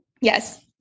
yes